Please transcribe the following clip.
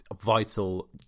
vital